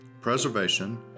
preservation